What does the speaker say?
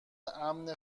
امن